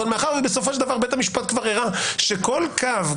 אבל מאחר שבסופו של דבר בית המשפט כבר הראה שכל קו,